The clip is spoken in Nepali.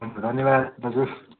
हुन्छ धन्यवाद दाजु